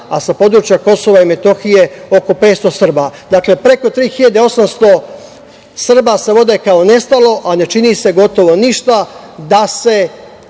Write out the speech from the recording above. a sa područja KiM oko 500 Srba. Dakle, preko 3.800 Srba se vode kao nestali, a ne čini se gotovo ništa da se